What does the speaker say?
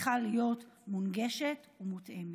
צריכות להיות מונגשות ומותאמות.